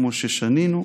כמו ששנינו,